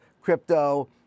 crypto